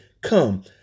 come